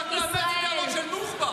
שאת --- את הטענות של נוח'בה.